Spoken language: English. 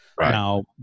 now